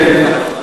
עניתי להם, לא לך.